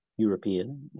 European